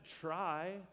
try